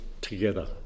together